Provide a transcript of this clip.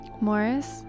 Morris